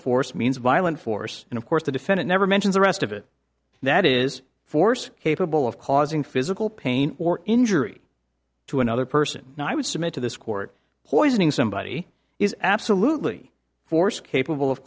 force means violent force and of course the defendant never mentions the rest of it that is force capable of causing physical pain or injury to another person and i would submit to this court who is being somebody is absolutely force capable of